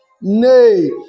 Nay